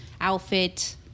outfit